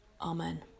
Amen